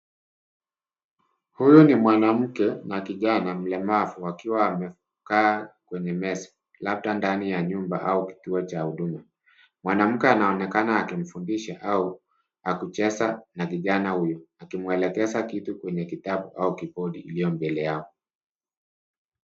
Huu ni mwanamke na kijana mlemavu wakiwa wamekaa kwenye meza, labda ndani ya nyumba ua kituo cha huduma. Mwanamke anaonekana akimfundisha au akicheza na kijana huyo, akimwelekeza kitu kwenye kitabu au kibodi iliyo mbele yao.